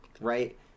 right